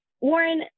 Warren